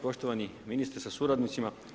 Poštovani ministre sa suradnicima.